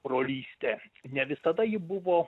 brolystė ne visada ji buvo